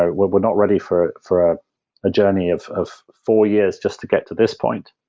ah were were not ready for for a journey of of four years just to get to this point.